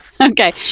Okay